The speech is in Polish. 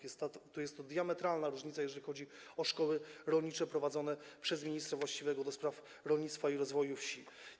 Jest to diametralna różnica, jeżeli chodzi o szkoły rolnicze prowadzone przez ministra właściwego do spraw rolnictwa i rozwoju wsi.